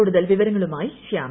കൂടുതൽ വിവരങ്ങളുമായി ശ്യാമ